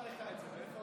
מי אמר לך את זה?